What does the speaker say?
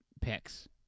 picks